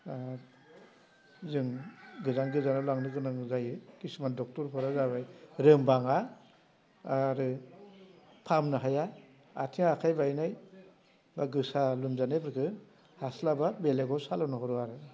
जों गोजान गोजानाव लांनो गोनां जायो किसुमान ड'क्टरफोरा जाबाय रोंबाङा आरो फाहामनो हाया आथिं आखाइ बायनाय बा गोसा लोमजानायफोरखो हास्लाबा बेलेगाव सालानहरो आरो